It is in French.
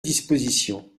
dispositions